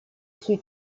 sui